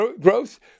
growth